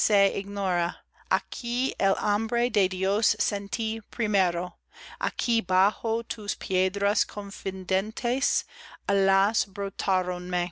aquí el hambre de dios sentí primero aquí bajo tus piedras confidentes alas